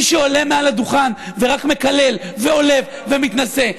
מי שעולה מעל הדוכן ורק מקלל ועולב ומתנשא,